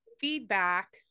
feedback